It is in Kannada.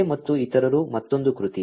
ಡೇ ಮತ್ತು ಇತರರ ಮತ್ತೊಂದು ಕೃತಿ